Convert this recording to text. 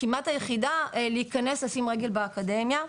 כמעט היחידה להיכנס, לשים רגל באקדמיה.